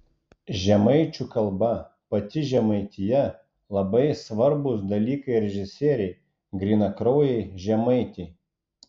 žemaičių kalba pati žemaitija labai svarbūs dalykai režisierei grynakraujei žemaitei